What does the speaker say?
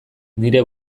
nire